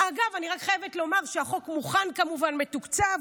אגב, אני רק חייבת לומר שהחוק מוכן כמובן ומתוקצב.